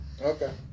Okay